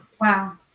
wow